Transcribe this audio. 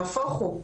נהפוך הוא.